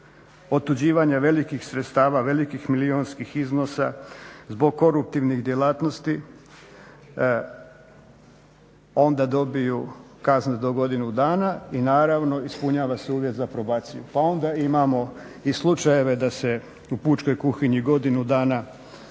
otuđivanja velikih sredstava, velikih milijunskih iznosa zbog koruptivnih djelatnosti onda dobiju kaznu do godinu dana i naravno ispunjava se uvjet za probaciju. Pa onda imamo i slučajeve da se u pučkoj kuhinji godinu dana